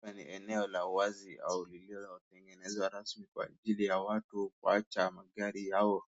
Hapa ni eneo la wazi au lililotengenezwa rasmi kwa ajili ya watu kuwacha magari yao